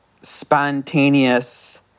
spontaneous